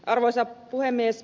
arvoisa puhemies